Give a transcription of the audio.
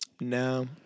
No